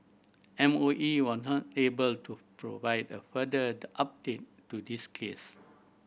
M O E was not able to provide a further update to this case